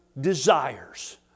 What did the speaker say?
desires